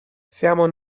siamo